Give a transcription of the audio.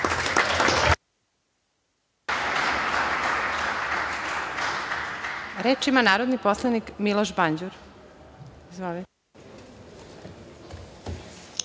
Reč ima narodni poslanik Miloš Banđur. **Miloš